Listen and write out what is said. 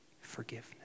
forgiveness